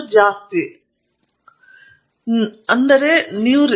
ಆದ್ದರಿಂದ ಮೌಲ್ಯವು ವಾಸ್ತವವಾಗಿ ಖಂಡಿತವಾಗಿಯೂ ಹಣದ ಹಿಂತಿರುಗುವಿಕೆಗೆ ಮೀರಿದೆ ಅದು ನಿಮ್ಮ ಅಹಂಗೆ ಒಳ್ಳೆಯದು